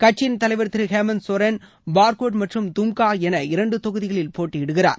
கட்சியின் தலைவர் திரு ஹேமந்த் சோரன் பார்ஹேட் மற்றும் தும்கா என இரண்டு தொகுதிகளில் போட்டியிடுகிறார்